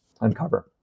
uncover